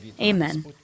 Amen